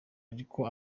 ariko